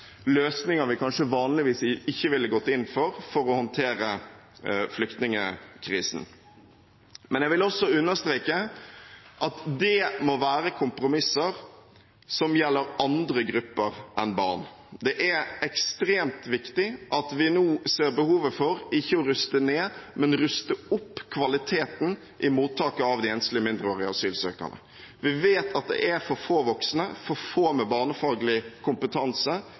løsninger vi vanligvis kanskje ikke ville gått inn for, for å håndtere flyktningkrisen. Men jeg vil også understreke at dette må være kompromisser som gjelder andre grupper enn barn. Det er ekstremt viktig at vi nå ser behovet for ikke å ruste ned, men ruste opp kvaliteten i mottakene for de enslige mindreårige asylsøkerne. Vi vet at det er for få voksne, for få med barnefaglig kompetanse,